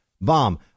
bomb